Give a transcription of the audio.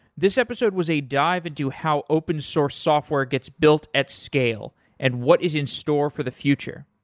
this episode was a dive into how open-source software gets built at scale and what is in store for the future.